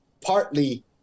partly